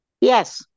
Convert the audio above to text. Yes